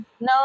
No